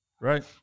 Right